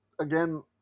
again